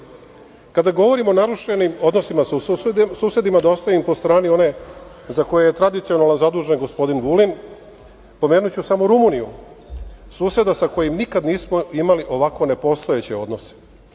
gore. Kada govorimo o narušenim odnosima sa susedima, da ostavim po strani one za koje je tradicionalno zadužen gospodin Vulin, pomenuću samo Rumuniju, suseda sa kojim nikad nismo imali ovako nepostojeće odnose.